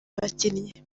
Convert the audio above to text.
abakinnyi